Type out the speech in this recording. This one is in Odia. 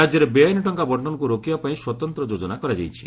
ରାଜ୍ୟରେ ବେଆଇନ୍ ଟଙ୍କା ବଣ୍ଟନକୁ ରୋକିବା ପାଇଁ ସ୍ୱତନ୍ତ୍ର ଯୋଜନା କରାଯାଇଛି